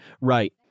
Right